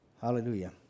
Hallelujah